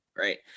Right